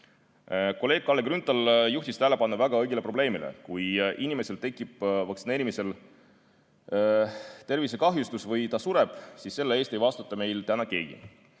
Kolleeg Kalle Grünthal juhtis tähelepanu väga õigele probleemile. Kui inimestel tekib vaktsineerimisel tervisekahjustus või ta sureb, siis selle eest ei vastuta meil täna keegi.